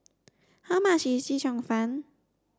how much is Chee Cheong fun